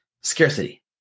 scarcity